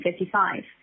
1955